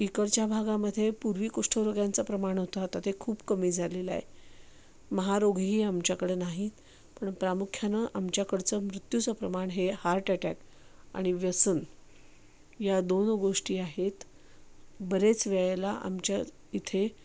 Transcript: इकडच्या भागामध्ये पूर्वी कुष्ठरोग्यांचं प्रमाण होतं आता ते खूप कमी झालेलं आहे महारोगीही आमच्याकडे नाहीत पण प्रामुख्यानं आमच्याकडचं मृत्यूचं प्रमाण हे हार्ट अटॅक आणि व्यसन या दोन गोष्टी आहेत बरेच वेळेला आमच्या इथे